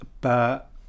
but-